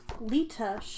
Lita